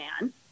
man